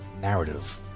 narrative